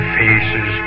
faces